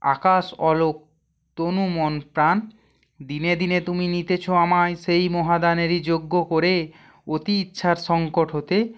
আকাশ আলোক তনু মন প্রাণ দিনে দিনে তুমি নিতেছ আমায় সে মহা দানেরই যোগ্য করে অতি ইচ্ছার সঙ্কট হতে